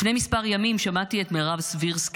לפני כמה ימים שמעתי את מרב סבירסקי,